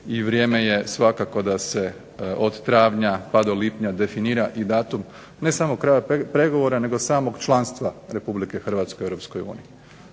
i vrijeme je svakako da se od travnja pa do lipnja definira i datum ne samo kraja pregovora nego samog članstva Republike Hrvatske u